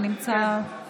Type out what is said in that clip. אינו נוכח ענבר בזק,